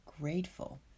grateful